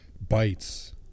bites